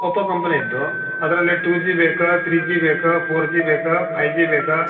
Oppo company ಇದೆ ಅದರಲ್ಲಿ two G ಬೇಕಾ ತ್ರೀ ಜಿ ಬೇಕಾ ಫೋರ್ ಜಿ ಬೇಕಾ ಫೈ ಜಿ ಬೇಕಾ